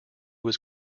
was